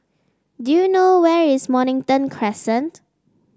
do you know where is Mornington Crescent